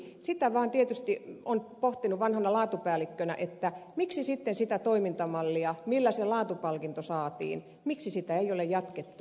sitä vaan tietysti on pohtinut vanhana laatupäällikkönä miksi sitten sitä toimintamallia millä se laatupalkinto saatiin ei ole jatkettu